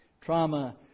trauma